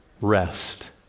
rest